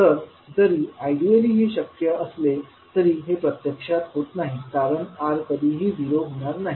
तर जरी आयडीयली हे शक्य असले तरी हे प्रत्यक्षात होत नाही कारण R कधीही झिरो होणार नाही